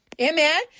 Amen